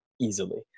easily